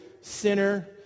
sinner